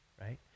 right